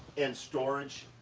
in storage,